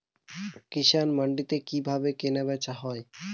কৃষান মান্ডিতে কি ভাবে ধান কেনাবেচা হয়?